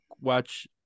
watch